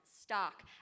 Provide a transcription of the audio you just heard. stock